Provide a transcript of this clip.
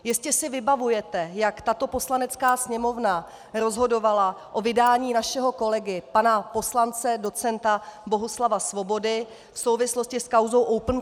Jistě si vybavujete, jak tato Poslanecká sněmovna rozhodovala o vydání našeho kolegy pana poslance docenta Bohuslava Svobody v souvislosti s kauzou Opencard.